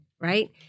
right